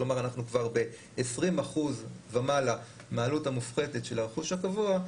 כלומר אנחנו כבר ב-20% ומעלה מהעלות המופחתת של הרכוש הקבוע,